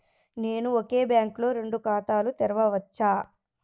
నేను ఒకే బ్యాంకులో రెండు ఖాతాలు తెరవవచ్చా?